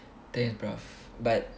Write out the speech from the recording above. damn but